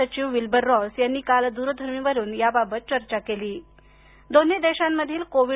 सचिव Wilbur Ross यांनी काल दूरध्वनी वरून याबाबत चर्चा केलीदोन्ही देशांमधील कोविड